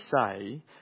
say